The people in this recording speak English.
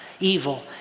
evil